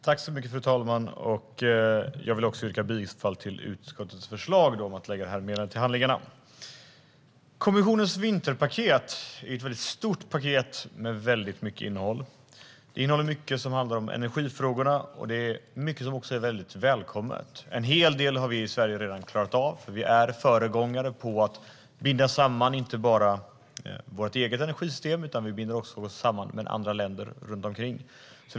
Fru talman! Jag vill också yrka bifall till utskottets förslag att lägga utlåtandet till handlingarna. Kommissionens vinterpaket är ett stort paket med mycket innehåll. Det innehåller mycket som handlar om energifrågorna, och mycket är också välkommet. En hel del har vi i Sverige redan klarat av eftersom Sverige är föregångare på att binda samman inte bara vårt eget energisystem utan också med andra länder runt omkring.